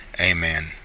Amen